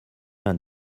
vingt